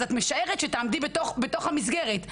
אז את משערת שתעמדי בתוך המסגרת.